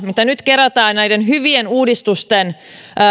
mitä nyt kerätään näiden hyvien uudistusten